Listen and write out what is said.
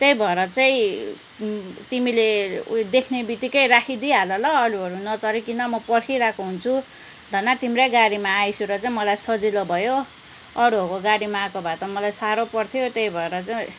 त्यही भएर चाहिँ तिमीले उयो देख्नेबितिक्कै राखिदिइहाल ल अरूहरू नचढिकन म पर्खिरहेको हुन्छु धन्न तिम्रै गाडीमा आएछु र चाहिँ मलाई सजिलो भयो अरूहरूको गाडीमा आएको भए त मलाई साह्रो पर्थ्यो त्यही भएर चाहिँ